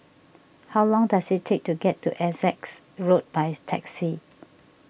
how long does it take to get to Essex Road by taxi